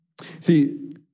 See